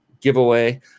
giveaway